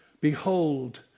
behold